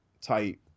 type